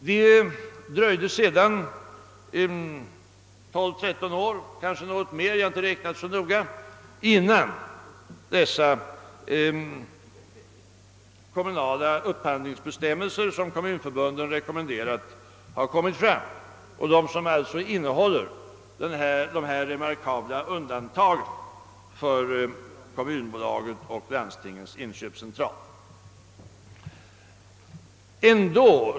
Det dröjde sedan 12—13 år, kanske något mer, innan de kommunala upphandlingsbestämmelser som kommunförbunden rekommenderat har kommit fram; det gäller alltså de bestämmelser som innehåller de remarkabla undantagen för Kommunaktiebolaget och Landstingens inköpscentral.